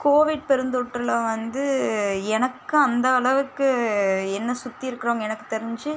Covid பெருந்தொற்றில் வந்து எனக்கு அந்த அளவுக்கு என்னை சுற்றி இருக்குறவங்கள் எனக்கு தெரிஞ்சு